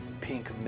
Pink